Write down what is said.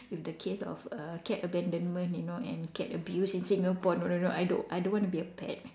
with the case of err cat abandonment you know and cat abuse in Singapore no no no I don't I don't want to be a pet